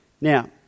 Now